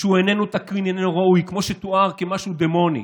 איננו תקין, איננו ראוי, כמו שתואר, כמשהו דמוני,